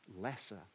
lesser